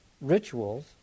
rituals